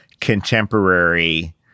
contemporary